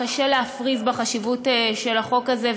קשה להפריז בחשיבות של החוק הזה,